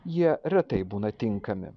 jie retai būna tinkami